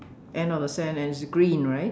end of the sand and it's green right